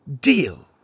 Deal